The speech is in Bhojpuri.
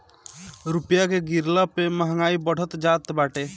रूपया के गिरला पअ महंगाई बढ़त जात बाटे